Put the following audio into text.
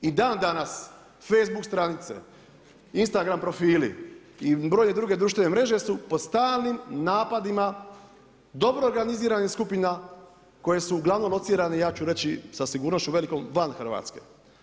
I dan danas Facebook stranice, Instagram profili i brojne druge društvene mreže su pod stalnim napadima dobro organiziranih skupina koji su uglavnom locirani ja ću reći sa sigurnošću velikom, van Hrvatske.